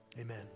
Amen